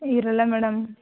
ಇರಲ್ಲ ಮೇಡಮ್